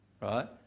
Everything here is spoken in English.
right